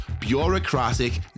bureaucratic